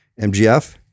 MGF